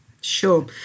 Sure